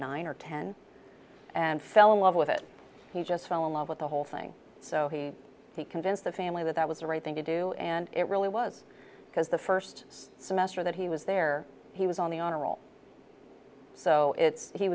nine or ten and fell in love with it he just fell in love with the whole thing so he convinced the family that that was the right thing to do and it really was because the first semester that he was there he was on the honor roll so it's he